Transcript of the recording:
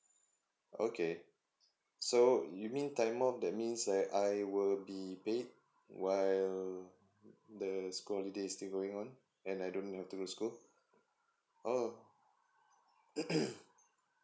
okay so you mean time off that means like I will be paid while the school holiday is still going on and I don't have to go to school oh